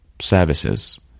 services